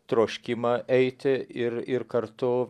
troškimą eiti ir ir kartu